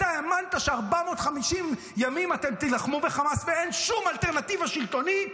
אתה האמנת ש-450 ימים אתם תילחמו בחמאס ואין שום אלטרנטיבה שלטונית?